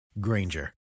Granger